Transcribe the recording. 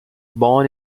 born